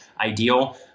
ideal